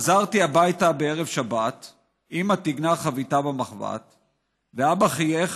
// חזרתי הביתה בערב שבת / אימא טיגנה חביתה במחבת / ואבא חייך,